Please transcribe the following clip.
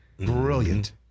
brilliant